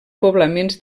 poblaments